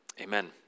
Amen